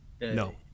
No